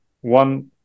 one